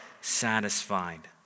satisfied